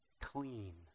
clean